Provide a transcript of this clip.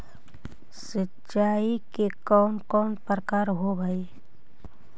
सिंचाई के कौन कौन प्रकार होव हइ?